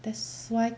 that's why